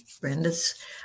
Brenda's